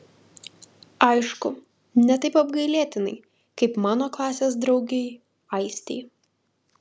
aišku ne taip apgailėtinai kaip mano klasės draugei aistei